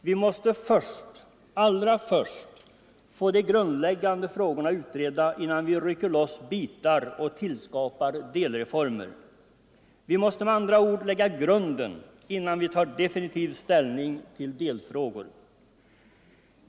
Vi måste allra först få de grundläggande frågorna utredda, innan vi rycker loss bitar och skapar delreformer. Vi måste med andra ord lägga grunden innan vi tar definitiv ställning till delfrågor.